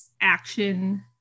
action